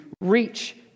reach